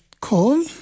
call